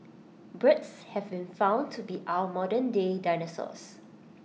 birds have been found to be our modernday dinosaurs